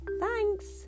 Thanks